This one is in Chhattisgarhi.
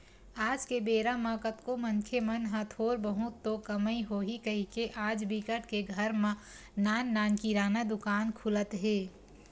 आज के बेरा म कतको मनखे मन ह थोर बहुत तो कमई होही कहिके आज बिकट के घर म नान नान किराना दुकान खुलत हे